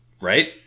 right